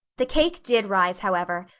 the cake did rise, however,